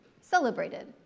celebrated